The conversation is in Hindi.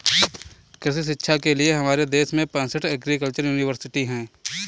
कृषि शिक्षा के लिए हमारे देश में पैसठ एग्रीकल्चर यूनिवर्सिटी हैं